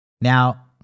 Now